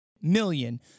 million